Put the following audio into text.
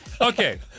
Okay